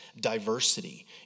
diversity